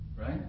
Right